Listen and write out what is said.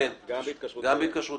כן, בוודאי.